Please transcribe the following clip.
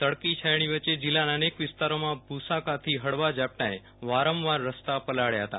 તડકી છાંયડી વચ્યે જિલ્લાના અનેક વિસ્તારમાં ભુસાકાથી હળવાં ઝાપટાંએ વારંવાર રસ્તા પલાબ્યા હતા